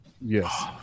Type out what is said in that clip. Yes